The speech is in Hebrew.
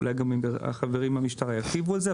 אולי גם החברים מהמשטרה ירחיבו על זה.